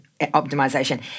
optimization